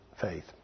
faith